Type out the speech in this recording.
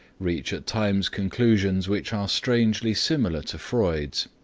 reach at times conclusions which are strangely similar to freud's,